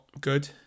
good